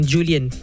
Julian